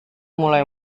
mulai